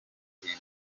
igomba